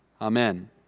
Amen